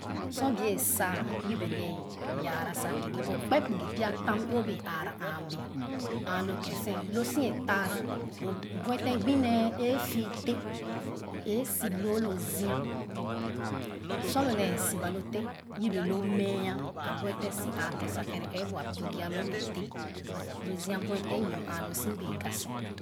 Sor bie saa yebe yaara su kii kii o kpe kpugi pya fam o bee aara aa bee aa lo keb sen loo si etaa bi buefe gbi nee e fii te'h e sip loo lo zia sor lo nee sip ba lo te'h yebe lo mɛɛ a buefem si aaken sa ɛvɛ ɛ apigia loolo teh lo zia buefe yim aa lo si beega